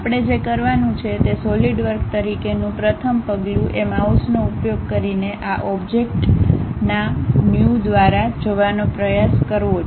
આપણે જે કરવાનું છે તે સોલિડવર્ક તરીકેનું પ્રથમ પગલું એ માઉસનો ઉપયોગ કરીને આ ઓબ્જેક્ટ નામ ન્યુ દ્વારા જવાનો પ્રયાસ કરવો છે